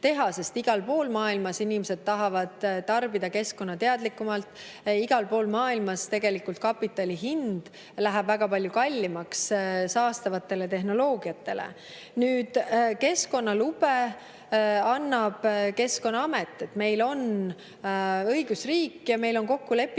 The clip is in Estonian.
sest igal pool maailmas inimesed tahavad tarbida keskkonnateadlikumalt, igal pool maailmas tegelikult kapitali hind läheb väga palju kallimaks saastavatele tehnoloogiatele. Keskkonnalube annab Keskkonnaamet. Meil on õigusriik ja meil on kokku lepitud